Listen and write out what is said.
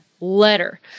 letter